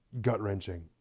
gut-wrenching